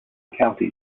county